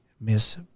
Miss